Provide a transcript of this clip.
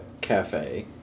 Cafe